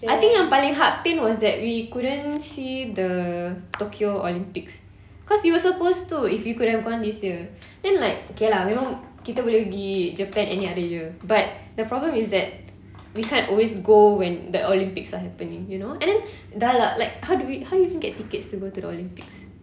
I think yang paling heart pain was that we couldn't see the tokyo olympics cause we were supposed to if we could have gone this year then like okay lah memang kita boleh pergi japan any other year but the problem is that we can't always go when the olympics are happening you know and then dah lah like how do we how do you even get tickets to go to the olympics